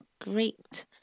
great